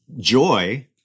Joy